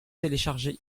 téléchargé